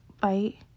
bite